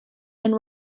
and